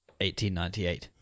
1898